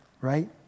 Right